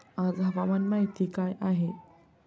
आज हवामान माहिती काय आहे?